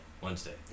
Wednesday